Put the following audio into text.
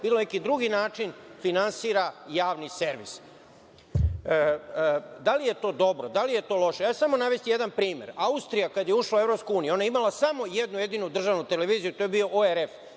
bilo na neki drugi način, finansira javni servis. Da li je to dobro? Da li je to loše? Samo ću navesti jedan primer, Austrija, kad je ušla u EU, imala je samo jednu jedinu državnu televiziju, to je bio ORF,